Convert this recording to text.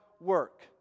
work